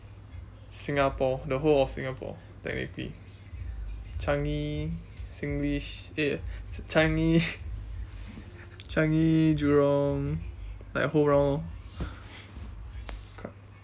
singapore the whole of singapore technically changi singlish eh changi changi jurong like whole round lor